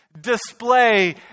display